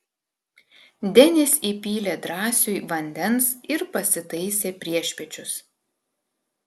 denis įpylė drąsiui vandens ir pasitaisė priešpiečius